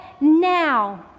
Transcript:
now